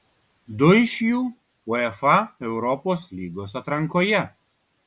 du iš jų uefa europos lygos atrankoje